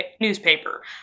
newspaper